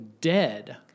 dead